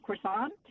croissant